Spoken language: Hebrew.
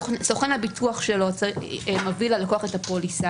סוכן הביטוח שלו מביא ללקוח את הפוליסה.